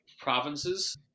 provinces